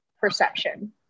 perception